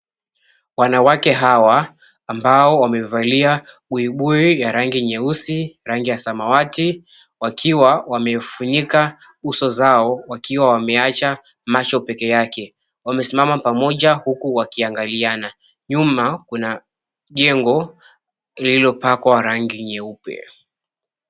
Wanawake hawa ambao wamevalia buibui ya rangi nyeusi, rangi ya samawati, wakiwa wamefunika uso zao wakiwa wameacha macho peke yake. Wamesimama pamoja huku wakiangaliana. Nyuma, kuna jengo lililopakwa rangi nyeupe.